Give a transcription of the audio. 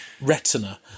retina